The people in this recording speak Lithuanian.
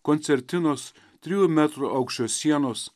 koncertinos trijų metrų aukščio sienos